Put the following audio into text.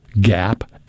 gap